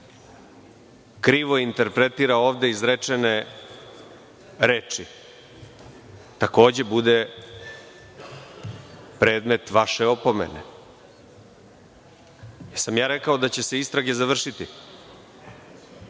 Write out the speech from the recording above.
krivo interpretira ovde izrečene reči takođe bude predmet vaše opomene. Da li sam ja rekao da će se istrage završiti?